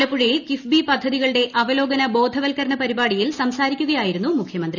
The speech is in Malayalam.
ആലപ്പുഴയിൽ കിഫ്ബി പദ്ധതികളുട്ടെ് അവലോകന ബോധവത്ക്കരണ പരിപാടിയിൽ സംസാരിക്കുകയായിരുന്നു മുഖ്യമന്ത്രി